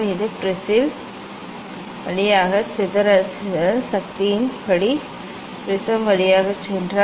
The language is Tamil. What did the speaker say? இது ப்ரிஸின் வழியாக சிதறல் சிதறல் சக்தியின் படி ப்ரிஸம் வழியாக சென்றால்